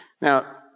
Now